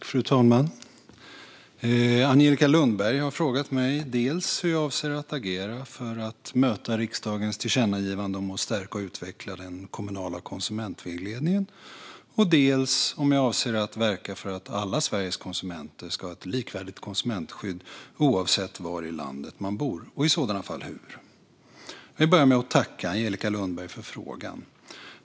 Fru talman! har frågat mig dels hur jag avser att agera för att möta riksdagens tillkännagivande om att stärka och utveckla den kommunala konsumentvägledningen, dels om jag avser att verka för att alla Sveriges konsumenter ska ha ett likvärdigt konsumentskydd, oavsett var i landet man bor, och i så fall hur. Jag vill börja med att tacka Angelica Lundberg för frågan.